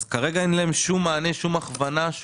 כרגע אין להם שום מענה, שום הכוונה?